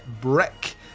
Brick